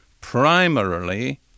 Primarily